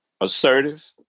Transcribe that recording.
assertive